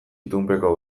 itunpeko